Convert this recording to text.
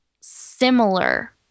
similar